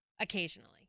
occasionally